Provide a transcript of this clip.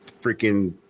freaking